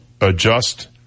adjust